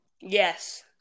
Yes